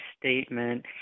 statement